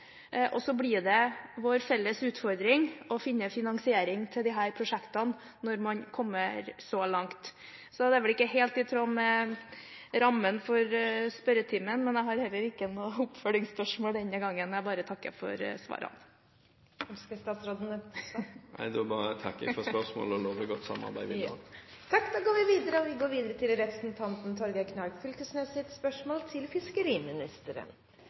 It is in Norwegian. og så blir det vår felles utfordring å finne finansiering til disse prosjektene når man kommer så langt. Det er vel ikke helt i tråd med rammen for spørretimen, men jeg har heller ikke denne gangen noe oppfølgingsspørsmål. Jeg bare takker for svarene. Ønsker statsråden å svare? Da takker jeg for spørsmålet og lover godt samarbeid videre. Spørsmål 9 er behandlet tidligere. Eg har eit lite, men stort spørsmål til